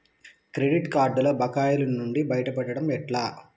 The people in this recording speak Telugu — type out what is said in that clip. క్రెడిట్ కార్డుల బకాయిల నుండి బయటపడటం ఎట్లా?